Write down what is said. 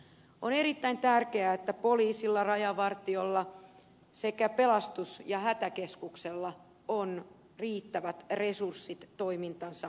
on erittäin tärkeää että poliisilla rajavartiolla sekä pelastus ja hätäkeskuksella on riittävät resurssit toimintansa ylläpitämiseksi